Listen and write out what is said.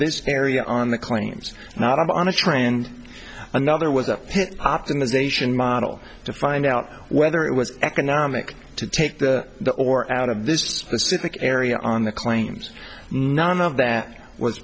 this area on the claims not on a trend another was an optimization model to find out whether it was economic to take the or out of this specific area on the claims none of that was